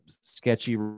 sketchy